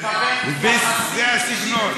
זה הסגנון.